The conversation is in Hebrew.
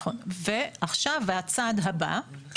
עכשיו הצעד הבא,